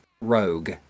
rogue